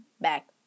back